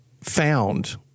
found